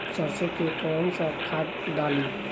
सरसो में कवन सा खाद डाली?